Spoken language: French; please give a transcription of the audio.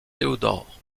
theodor